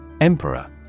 Emperor